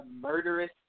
murderous